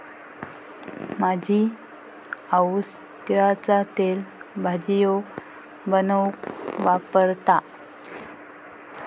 माझी आऊस तिळाचा तेल भजियो बनवूक वापरता